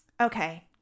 Okay